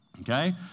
okay